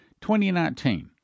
2019